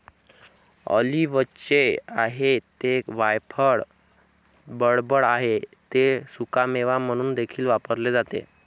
ऑलिव्हचे आहे ते वायफळ बडबड आहे ते सुकामेवा म्हणून देखील वापरले जाते